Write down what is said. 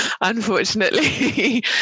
unfortunately